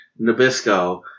Nabisco